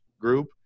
group